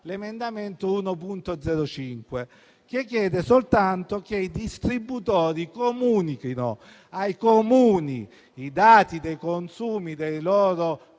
l'emendamento 1.0.5 che chiede soltanto che i distributori comunichino ai Comuni i dati dei consumi dei loro POD